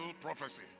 prophecy